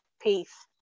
peace